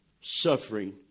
suffering